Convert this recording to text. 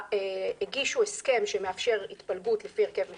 הגישו הסכם שמאפשר התפלגות לפי הרכב מפלגתי,